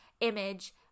image